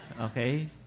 Okay